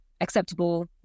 acceptable